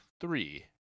three